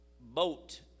boat